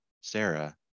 Sarah